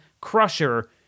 crusher